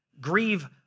grieve